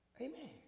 Amen